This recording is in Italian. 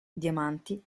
diamanti